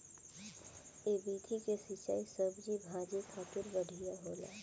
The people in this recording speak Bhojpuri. ए विधि के सिंचाई सब्जी भाजी खातिर बढ़िया होला